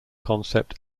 concept